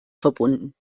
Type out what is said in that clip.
verbunden